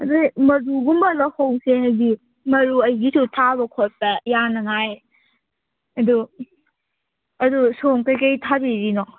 ꯑꯗꯨꯗꯤ ꯃꯔꯨꯒꯨꯝꯕ ꯂꯍꯧꯁꯦ ꯍꯥꯏꯗꯤ ꯃꯔꯨ ꯑꯩꯒꯤꯁꯨ ꯊꯥꯕ ꯈꯣꯠꯄ ꯌꯥꯅꯉꯥꯏ ꯑꯗꯨ ꯑꯗꯨ ꯁꯣꯝ ꯀꯩꯀꯩ ꯊꯥꯕꯤꯔꯤꯅꯣ